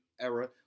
era